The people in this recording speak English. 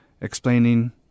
explaining